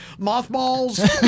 Mothballs